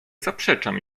zaprzeczam